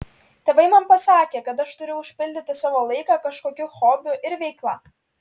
tėvai man pasakė kad aš turiu užpildyti savo laiką kažkokiu hobiu ir veikla